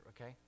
okay